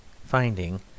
finding